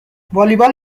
والیبال